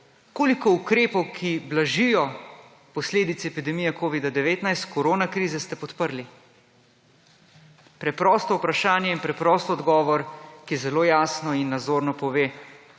koliko ukrepov, ki blažijo posledice epidemije Covid-19, koronakrize ste podprli. Preprosto vprašanje in preprost odgovor, ki zelo jasno in nazorno pove,